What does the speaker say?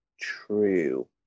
True